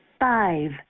five